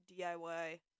DIY